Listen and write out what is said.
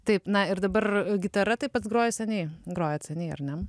taip na ir dabar gitara tai pats groji seniai grojat seniai ar ne